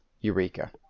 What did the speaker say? Eureka